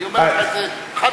אני אומר לך את זה חד-משמעית.